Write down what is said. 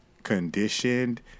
conditioned